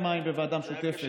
בוועדה המשותפת,